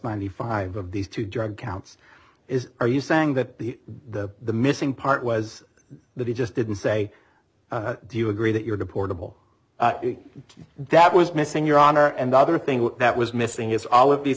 ninety five of these two drug counts is are you saying that the the the missing part was that he just didn't say do you agree that your deportable that was missing your honor and the other thing that was missing is all of the